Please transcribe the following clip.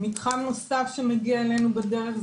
מתחם נוסף שמגיע אלינו בדרך,